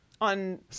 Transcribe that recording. on